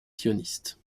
sioniste